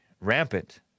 rampant